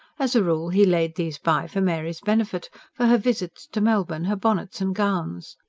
as a rule he laid these by for mary's benefit for her visits to melbourne, her bonnets and gowns.